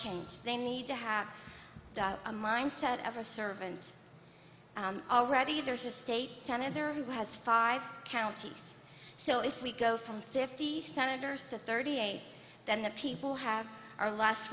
change they need to have a mindset of a servant already there's a state senator who has five counties so if we go from fifty senators to thirty eight then the people have our last